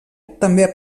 també